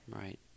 Right